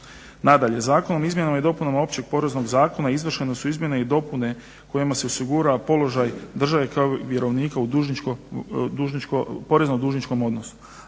Nadalje, Zakonom o izmjenama i dopunama Općeg poreznog zakona izvršene su izmjene i dopune kojima se osigurava položaj države kao i vjerovnika u dužničko, porezno-dužničkom odnosu.